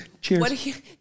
Cheers